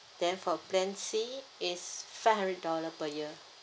then for plan C is five hundred dollar per year